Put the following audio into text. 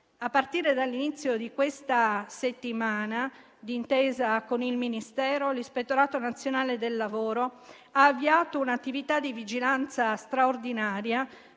A partire dall'inizio di questa settimana, d'intesa con il Ministero, l'Ispettorato nazionale del lavoro ha avviato un'attività di vigilanza straordinaria,